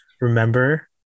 remember